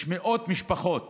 יש מאות משפחות